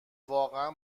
واقعا